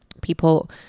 people